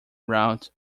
route